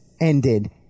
ended